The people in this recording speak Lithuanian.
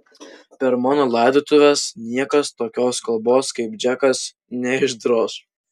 per mano laidotuves niekas tokios kalbos kaip džekas neišdroš